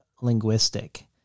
linguistic